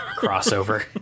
crossover